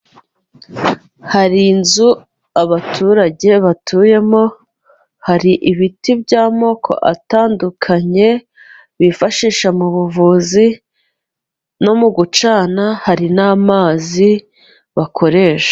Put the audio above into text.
Hari inzu abaturage batuyemo hari ibiti by'amoko atandukanye bifashisha mu buvuzi no mu gucana hari n'amazi bakoresha.